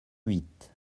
huit